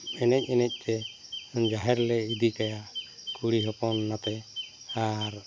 ᱮᱱᱮᱡ ᱮᱱᱮᱡᱛᱮ ᱡᱟᱦᱮᱨᱞᱮ ᱤᱫᱤ ᱠᱟᱭᱟ ᱠᱩᱲᱤ ᱦᱚᱯᱚᱱᱟᱛᱮ ᱟᱨ